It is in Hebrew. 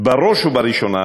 בראש ובראשונה